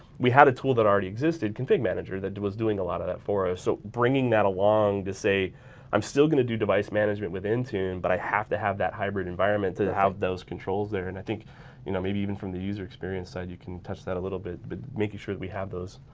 we had a tool that already existed config manager that was doing a lot of that for us. so bringing that along to say i'm still gonna do device management with intune, but i have to have that hybrid environment to to have those controls there. and i think you know maybe even from the user experience side you can touch that a little bit but making sure that we have those.